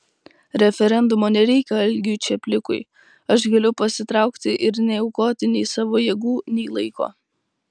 referendumo nereikia algiui čaplikui aš galiu pasitraukti ir neaukoti nei savo jėgų nei laiko